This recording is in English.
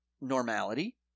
normality